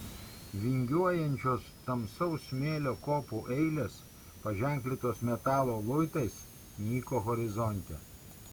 vingiuojančios tamsaus smėlio kopų eilės paženklintos metalo luitais nyko horizonte